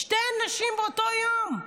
שתי נשים באותו יום.